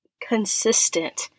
consistent